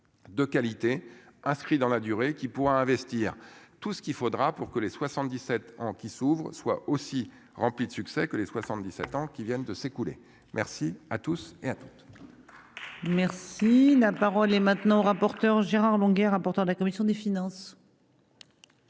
de qualité inscrit dans la durée qui pourra investir tout ce qu'il faudra pour que les 77 ans qui s'ouvrent soit aussi rempli de succès que les 77 ans qui viennent de s'écouler. Merci à tous et à toutes. Merci Nat parole est maintenant rapporteur Gérard longuet, rapporteur de la commission des finances.